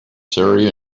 surrey